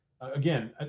again